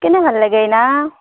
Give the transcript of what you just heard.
কেনে ভাল লাগে না